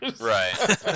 Right